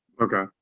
Okay